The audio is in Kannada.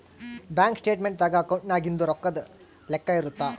ಬ್ಯಾಂಕ್ ಸ್ಟೇಟ್ಮೆಂಟ್ ದಾಗ ಅಕೌಂಟ್ನಾಗಿಂದು ರೊಕ್ಕದ್ ಲೆಕ್ಕ ಇರುತ್ತ